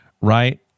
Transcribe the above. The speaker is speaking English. right